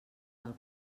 del